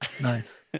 Nice